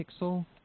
Pixel